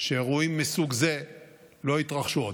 שאירועים מסוג זה לא יתרחשו עוד.